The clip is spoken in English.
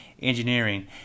Engineering